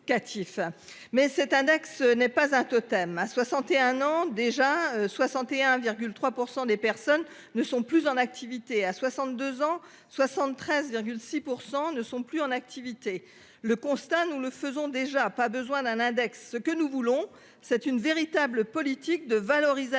mais cet index n'est pas un totem. À 61 ans, déjà 61,3 pour % des personnes ne sont plus en activité à 62 ans 73 6% ne sont plus en activité. Le constat, nous le faisons déjà, pas besoin d'un index, ce que nous voulons, c'est une véritable politique de valorisation